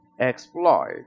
exploit